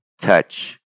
touch